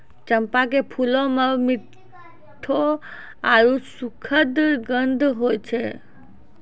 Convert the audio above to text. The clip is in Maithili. चंपा के फूलो मे मिठ्ठो आरु सुखद गंध होय छै